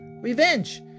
revenge